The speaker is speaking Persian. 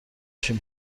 شیم